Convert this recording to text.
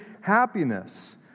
happiness